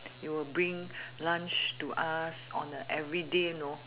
she will bring lunch to us on a everyday you know